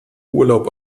urlaub